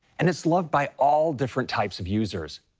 and it's loved by all different types of users,